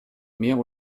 mehr